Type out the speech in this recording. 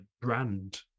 brand